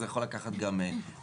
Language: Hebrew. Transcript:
אז זה יכול לקחת גם פחות.